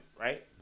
right